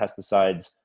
pesticides